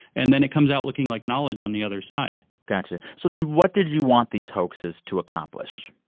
and then it comes out looking like knowledge on the other side got you. so then what did you want these hoaxes to accomplish?